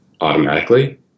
automatically